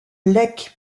lech